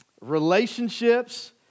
relationships